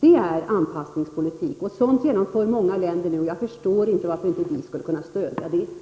Det är anpassningspolitik och en sådan genomförs nu i många länder. Jag förstår inte varför vi inte skulle kunna stödja detta.